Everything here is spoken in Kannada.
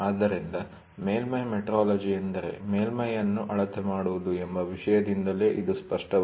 ಆದ್ದರಿಂದ ಮೇಲ್ಮೈ ಮೆಟ್ರೋಲಜಿ ಎಂದರೆ ಮೇಲ್ಮೈ ಅನ್ನು ಅಳತೆ ಮಾಡುವುದು ಎಂಬ ವಿಷಯದಿಂದಲೇ ಇದು ಸ್ಪಷ್ಟವಾಗಿದೆ